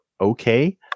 okay